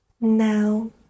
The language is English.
Now